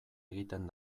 egiten